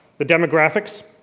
the demographics.